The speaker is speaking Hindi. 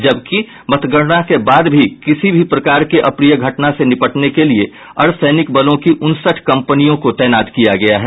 जबकि मतगणना के बाद भी किसी भी प्रकार के अप्रिय घटना से निपटने के लिये अर्धसैनिक बलों की उनसठ कंपनियों को तैनात किया गया है